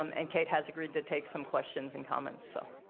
um and kate has agreed to take some questions and comments. so